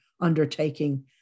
undertaking